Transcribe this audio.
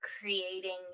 creating